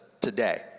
today